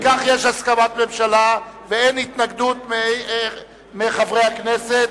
אם כך, יש הסכמת ממשלה ואין התנגדות מחברי הכנסת.